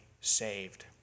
saved